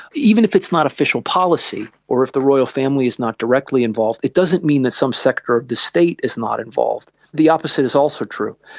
even if it's not official policy or if the royal family is not directly involved, it doesn't mean that some sector of the state is not involved. the opposite is also true.